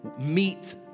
meet